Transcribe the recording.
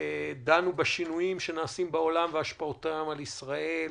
דנו בשינויים שקורים בעולם והשפעותיהם על ישראל,